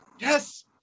Yes